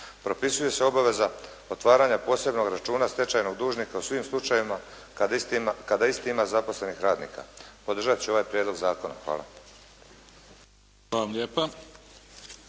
Propisuje se obaveza otvaranja posebnog računa stečajnog dužnika u svim slučajevima kada isti ima zaposlenih radnika. Podržat ću ovaj prijedlog zakona. Hvala.